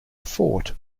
fort